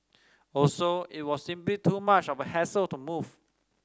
also it was simply too much of a hassle to move